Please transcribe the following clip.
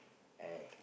at